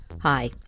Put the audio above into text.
Hi